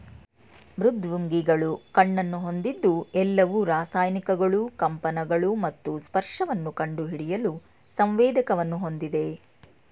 ಮೃದ್ವಂಗಿಗಳು ಕಣ್ಣನ್ನು ಹೊಂದಿದ್ದು ಎಲ್ಲವು ರಾಸಾಯನಿಕಗಳು ಕಂಪನಗಳು ಮತ್ತು ಸ್ಪರ್ಶವನ್ನು ಕಂಡುಹಿಡಿಯಲು ಸಂವೇದಕವನ್ನು ಹೊಂದಿವೆ